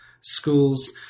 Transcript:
Schools